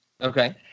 Okay